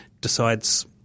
decides